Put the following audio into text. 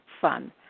fun